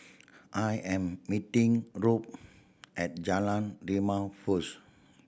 I am meeting Robb at Jalan Rimau first